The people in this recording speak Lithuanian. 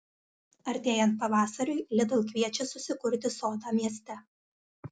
artėjant pavasariui lidl kviečia susikurti sodą mieste